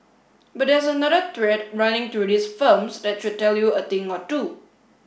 but there's another thread running through these firms that should tell you a thing or two